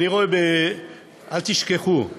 אל תשכחו,